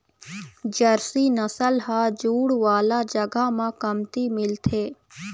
Jersey नसल ह जूड़ वाला जघा म कमती मिलथे